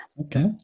Okay